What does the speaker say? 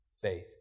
faith